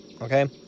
Okay